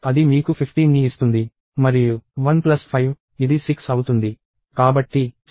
ఇప్పుడు మీరు 69 చేస్తే అది మీకు 15 ని ఇస్తుంది మరియు 15 ఇది 6 అవుతుంది